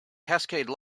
cascade